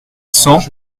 cent